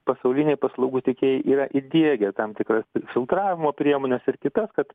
pasauliniai paslaugų tiekėjai yra įdiegę tam tikras filtravimo priemones ir kitas kad